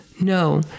No